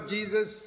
Jesus